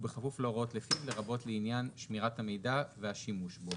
ובכפוף להוראות לפיו לרבות לעניין שמירת המידע והשימוש בו.